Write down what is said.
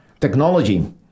technology